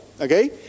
okay